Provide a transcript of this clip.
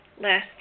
last